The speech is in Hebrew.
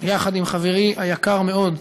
ביחד עם חברי היקר מאוד,